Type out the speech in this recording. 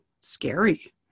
scary